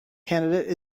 candidate